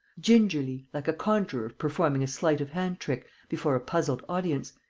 gingerly, like a conjurer performing a sleight-of-hand trick before a puzzled audience,